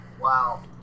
wow